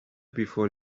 before